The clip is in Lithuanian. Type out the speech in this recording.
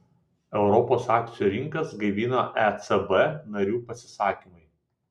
europos akcijų rinkas gaivina ecb narių pasisakymai